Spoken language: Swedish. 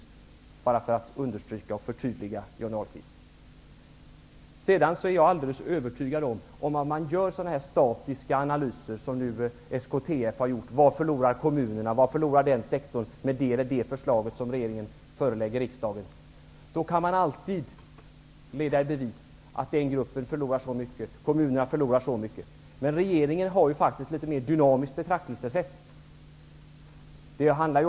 Detta säger jag bara för att göra det tydligt för Jag är alldeles övertygad om, att om man gör sådana statiska analyser som nu SKTF har gjort om hur mycket kommunerna och olika sektorer förlorar med det förslag som regeringen förelägger riksdagen, kan man alltid leda i bevis att de kommer att förlora si och så mycket. Men regeringen har faktiskt ett litet mera dynamiskt betraktelsesätt.